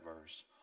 verse